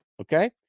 Okay